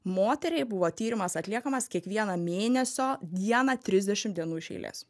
moteriai buvo tyrimas atliekamas kiekvieną mėnesio dieną trisdešim dienų iš eilės